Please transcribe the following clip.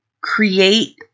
create